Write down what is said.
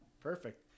Perfect